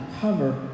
cover